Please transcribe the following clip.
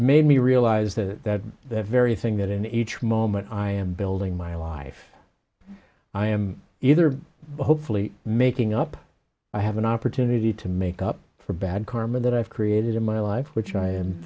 made me realize that the very thing that in each moment i am building my life i am either hopefully making up i have an opportunity to make up for bad karma that i've created in my life which i am